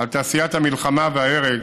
על תעשיית המלחמה וההרג,